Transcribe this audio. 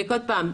ועוד פעם,